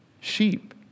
sheep